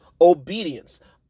obedience